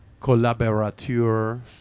collaborateur